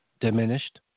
diminished